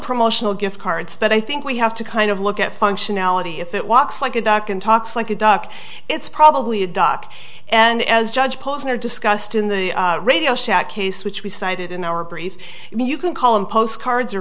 promotional gift cards but i think we have to kind of look at functionality if it walks like a duck and talks like a duck it's probably a duck and as judge posner discussed in the radio shack case which we cited in our brief i mean you can call them postcards or